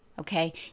Okay